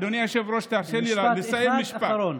אדוני היושב-ראש, תרשה לי רק לסיים, משפט אחרון.